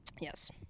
Yes